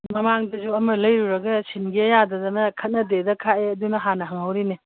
ꯃꯃꯥꯡꯗꯁꯨ ꯑꯃ ꯂꯩꯔꯨꯔꯒ ꯁꯤꯟꯒꯦ ꯌꯥꯗꯗꯅ ꯈꯠꯅꯗꯦꯗ ꯈꯥꯛꯑꯦ ꯑꯗꯨꯅ ꯍꯥꯟꯅ ꯍꯪꯍꯧꯔꯤꯅꯦ